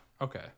Okay